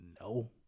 No